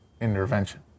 intervention